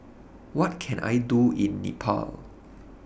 What Can I Do in Nepal